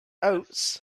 oats